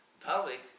public